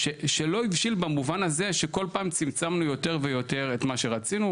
שלא הבשיל במובן הזה שכל פעם צמצמנו יותר ויותר את מה שרצינו,